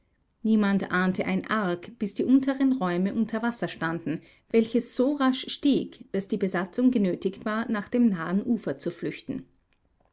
niemand ahnte ein arg bis die unteren räume unter wasser standen welches so rasch stieg daß die besatzung genötigt war nach dem nahen ufer zu flüchten